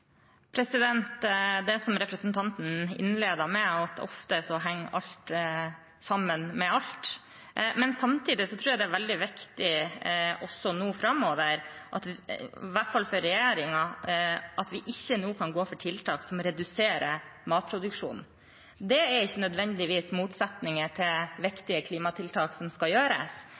Det er som representanten innledet med, at ofte henger alt sammen med alt. Samtidig tror jeg også det er veldig viktig nå framover, i hvert fall for regjeringen, at vi ikke kan gå inn for tiltak som reduserer matproduksjonen. Det er ikke nødvendigvis noen motsetning til viktige klimatiltak som skal gjøres,